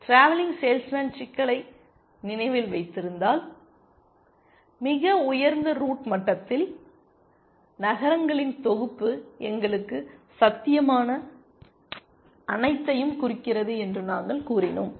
travelling salesman சிக்கலை நினைவில் வைத்திருந்தால் மிக உயர்ந்த ரூட் மட்டத்தில் நகரங்களின் தொகுப்பு எங்களுக்கு சாத்தியமான அனைத்தையும் குறிக்கிறது என்று நாங்கள் கூறினோம்